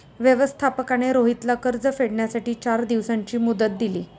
व्यवस्थापकाने रोहितला कर्ज फेडण्यासाठी चार दिवसांची मुदत दिली